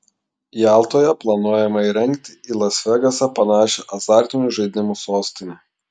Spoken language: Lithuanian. jaltoje planuojama įrengti į las vegasą panašią azartinių žaidimų sostinę